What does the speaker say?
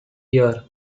year